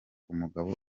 umugabo